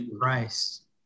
Christ